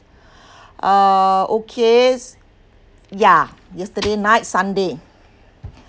uh okays ya yesterday night sunday